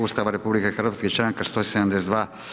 Ustava RH i članka 172.